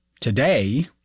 today